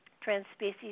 trans-species